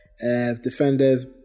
Defenders